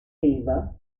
fever